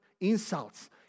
insults